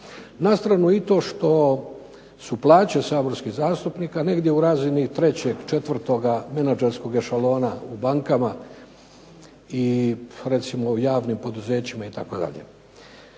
Na stranu i to što su plaće saborskih zastupnika negdje u razini trećeg, četvrtoga menadžerskog ešalona u bankama i javnim poduzećima itd.